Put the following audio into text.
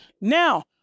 Now